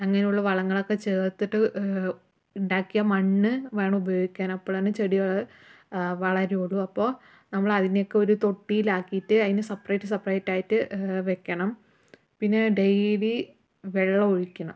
അങ്ങനെയുള്ള വളങ്ങളൊക്കെ ചേർത്തിട്ട് ഉണ്ടാക്കിയ മണ്ണ് വേണം ഉപയോഗിക്കാൻ അപ്പോഴാണ് ചെടികൾ വളരുവൊള്ളു അപ്പോൾ നമ്മളതിനെ ഒക്കെ ഒരു തൊട്ടീലാക്കീട്ട് അതിന് സപ്പറേറ്റ് സെപ്പറേറ്റായിട്ട് വെയ്ക്കണം പിന്നെ ഡെയ്ലി വെള്ളം ഒഴിക്കണം